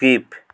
skip